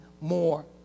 more